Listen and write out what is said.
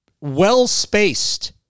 well-spaced